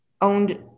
owned